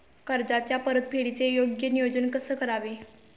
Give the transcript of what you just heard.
कर्जाच्या परतफेडीचे योग्य नियोजन कसे करावे?